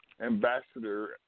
ambassador